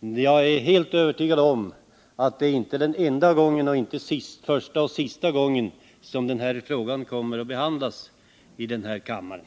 Jag är helt övertygad om att detta inte är sista gången som denna fråga behandlas här i kammaren.